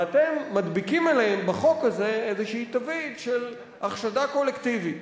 ואתם מדביקים עליהם בחוק הזה איזו תווית של החשדה קולקטיבית.